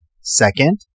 Second